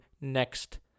next